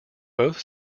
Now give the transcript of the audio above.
both